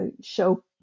show